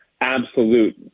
absolute